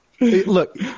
look